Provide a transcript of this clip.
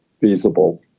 feasible